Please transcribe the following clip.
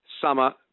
summer